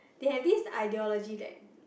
they have this ideology that